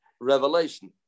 revelation